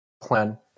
plan